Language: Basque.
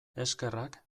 eskerrak